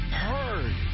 heard